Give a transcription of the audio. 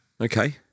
Okay